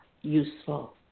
useful